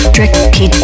Tricky